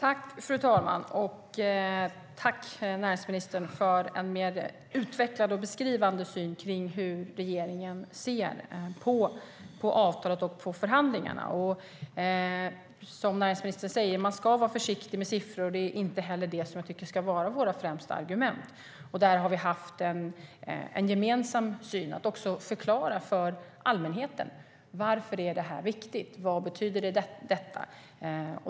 Fru talman! Jag tackar näringsministern för en mer utvecklad och beskrivande syn på hur regeringen ser på avtalet och förhandlingarna. Som näringsministern säger ska man vara försiktig med siffror, och det ska inte heller vara vårt främsta argument. Vi har också haft en gemensam syn på att förklara för allmänheten varför detta är viktigt och vad det betyder.